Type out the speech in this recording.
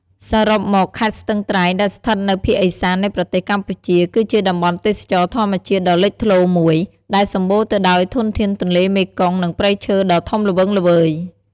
សរុបមក ខេត្តស្ទឹងត្រែង ដែលស្ថិតនៅភាគឦសាននៃប្រទេសកម្ពុជា គឺជាតំបន់ទេសចរណ៍ធម្មជាតិដ៏លេចធ្លោមួយ ដែលសម្បូរទៅដោយធនធានទន្លេមេគង្គ និងព្រៃឈើដ៏ធំល្វឹងល្វើយ។